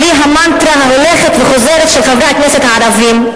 בלי המנטרה ההולכת וחוזרת של חברי הכנסת הערבים,